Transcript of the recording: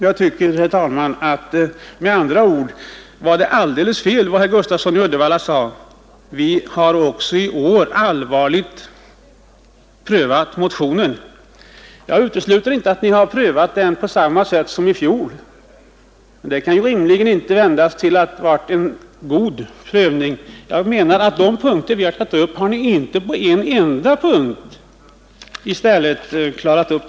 Jag tycker med andra ord att det var alldeles fel vad herr Gustafsson i Uddevalla sade: ”Vi har också i år allvarligt prövat motionen.” Jag utesluter inte möjligheten att ni har prövat den på samma sätt som ni prövade fjolårets motion, men det innebär inte att prövningen har varit ingående. Inte en enda av de punkter som vi har tagit upp har ni klarat ut.